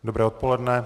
Dobré odpoledne.